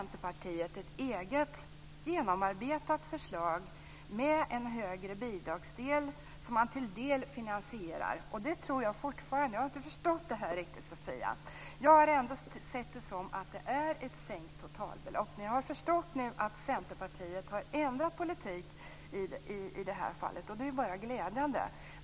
Det tror jag fortfarande. Jag har inte förstått detta riktigt, Sofia Jonsson. Jag har ändå sett det som att det är ett sänkt totalbelopp, men jag har nu förstått att Centerpartiet har ändrat politik i detta fall. Det är bara glädjande.